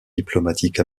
diplomatique